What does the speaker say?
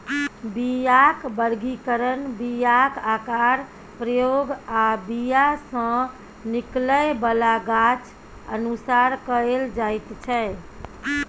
बीयाक बर्गीकरण बीयाक आकार, प्रयोग आ बीया सँ निकलै बला गाछ अनुसार कएल जाइत छै